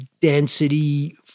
density